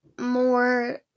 more